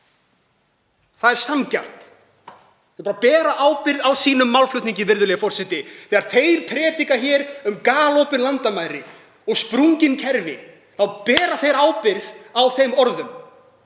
Það er sanngjarnt. Þeir þurfa að bera ábyrgð á sínum málflutningi, virðulegi forseti. Þegar þeir predika hér um galopin landamæri og sprungin kerfi þá bera þeir ábyrgð á þeim orðum.